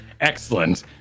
Excellent